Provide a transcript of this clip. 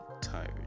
tired